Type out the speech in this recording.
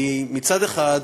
מצד אחד,